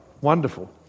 wonderful